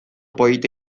polita